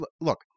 look